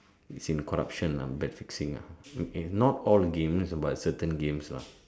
is in corruption lah match fixing ah okay not all games but certain games lah